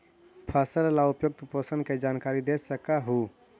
फसल ला उपयुक्त पोषण के जानकारी दे सक हु?